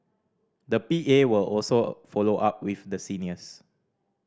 the P A will also follow up with the seniors